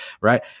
Right